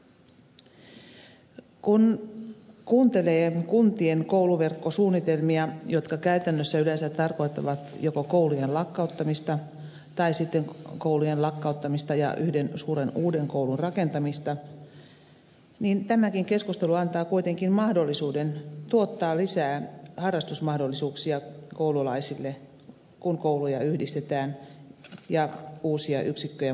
kun kuuntelee kuntien kouluverkkosuunnitelmia jotka käytännössä yleensä tarkoittavat joko koulujen lakkauttamista tai sitten koulujen lakkauttamista ja yhden suuren uuden koulun rakentamista niin tämäkin keskustelu antaa kuitenkin mahdollisuuden tuottaa lisää harrastusmahdollisuuksia koululaisille kun kouluja yhdistetään ja uusia yksikköjä muodostetaan